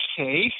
okay